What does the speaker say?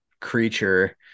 creature